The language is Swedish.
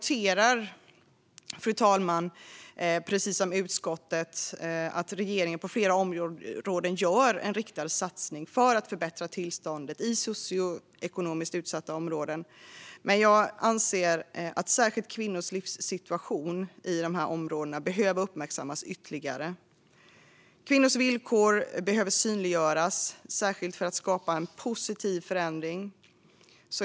Jag noterar, precis som utskottet, att regeringen på flera områden gör en riktad satsning för att förbättra tillståndet i socioekonomiskt utsatta områden. Men jag anser att särskilt kvinnors livssituation i dessa områden behöver uppmärksammas ytterligare. Kvinnors villkor behöver synliggöras särskilt för att skapa en positiv förändring.